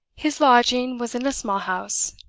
his lodging was in a small house,